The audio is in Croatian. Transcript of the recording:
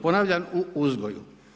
Ponavljam u uzgoju.